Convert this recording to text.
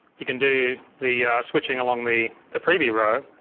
you can do the switching along the the preview row.